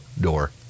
door